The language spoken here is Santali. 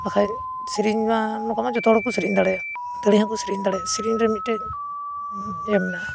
ᱵᱟᱠᱷᱟᱡ ᱥᱮᱨᱮᱧ ᱢᱟ ᱱᱚᱝᱠᱟ ᱢᱟ ᱡᱚᱛᱚ ᱦᱚᱲ ᱜᱮᱠᱚ ᱥᱮᱨᱮᱧ ᱫᱮᱲᱮᱭᱟᱜ ᱫᱟᱲᱮ ᱦᱚᱸᱠᱚ ᱥᱮᱨᱮᱧ ᱫᱟᱲᱮᱭᱟᱜ ᱥᱮᱨᱮᱧ ᱨᱮ ᱢᱤᱫᱴᱮᱡ ᱤᱭᱟᱹ ᱢᱮᱱᱟᱜᱼᱟ